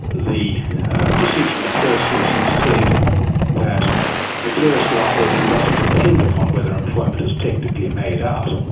the decision at first instance said that vicarious liability doesn't depend upon whether employment is technically made out,